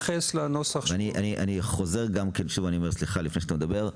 אני חוזר ואומר, סליחה לפני שאתה מדבר,